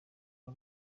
byo